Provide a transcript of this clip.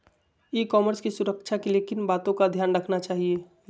ई commerce की सुरक्षा के लिए किन बातों का ध्यान रखना चाहिए?